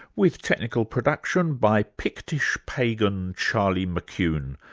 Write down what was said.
with technical production by pictish pagan, charlie mccune.